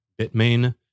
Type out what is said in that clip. Bitmain